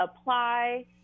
apply